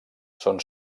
són